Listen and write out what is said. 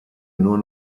nur